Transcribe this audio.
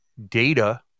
data